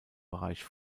bereich